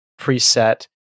preset